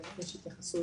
מבקשת להתייחס.